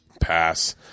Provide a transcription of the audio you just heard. pass